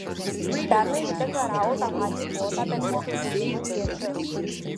pernai ji deklaravo tą patį plotą bet vietoj lubinų kviečius